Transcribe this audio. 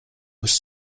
bist